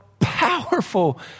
powerful